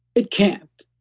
it can't.